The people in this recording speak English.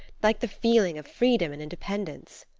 like the feeling of freedom and independence.